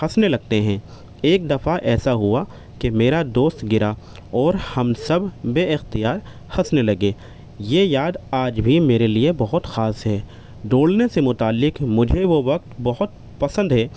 ہنسنے لگتے ہیں ایک دفعہ ایسا ہوا کہ میرا دوست گرا اور ہم سب بے اختیار ہنسنے لگے یہ یاد آج بھی میرے لیے بہت خاص ہے دوڑنے سے متعلق مجھے وہ وقت بہت پسند ہے